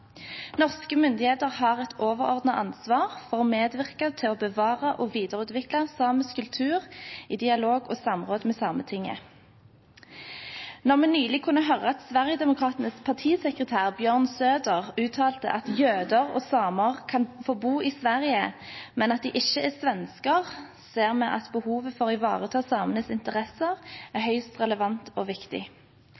Norske myndigheter har et overordnet ansvar for å medvirke til å bevare og videreutvikle samisk kultur i dialog og samråd med Sametinget. Da vi nylig kunne høre at Sverigedemokratenes partisekretær, Björn Söder, uttalte at jøder og samer kan få bo i Sverige, men at de ikke er svensker, ser vi at behovet for å ivareta samenes interesser er